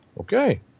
Okay